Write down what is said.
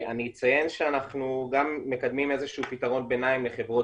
אני אציין שאנחנו גם מקדמים איזה שהוא פתרון ביניים לחברות